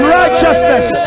righteousness